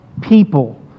people